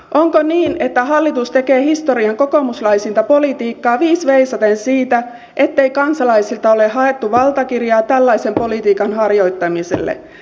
onko niin että hallitus tekee historian kokoomuslaisinta politiikkaa viis veisaten siitä ettei kansalaisilta ole haettu valtakirjaa tällaisen politiikan harjoittamiselle